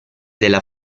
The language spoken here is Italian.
della